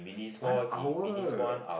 one hour